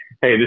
hey